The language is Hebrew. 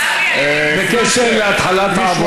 בקשר להתחלת העבודה.